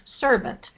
servant